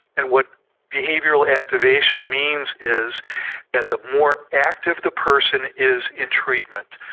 and what behavioural activation means is that the more active the person is in treatment,